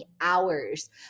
hours